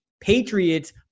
Patriots